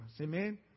Amen